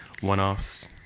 one-offs